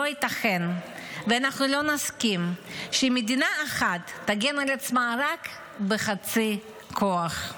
לא ייתכן ואנחנו לא נסכים שמדינה אחת תגן על עצמה רק בחצי כוח.